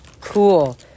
Cool